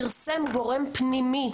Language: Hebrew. פרסם גורם פנימי,